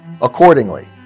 Accordingly